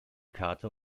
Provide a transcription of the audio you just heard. karte